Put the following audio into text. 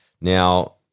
Now